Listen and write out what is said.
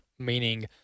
meaning